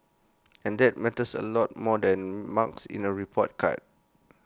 and that matters A lot more than marks in A report card